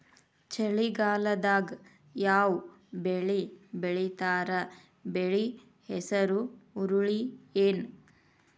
ಚಳಿಗಾಲದಾಗ್ ಯಾವ್ ಬೆಳಿ ಬೆಳಿತಾರ, ಬೆಳಿ ಹೆಸರು ಹುರುಳಿ ಏನ್?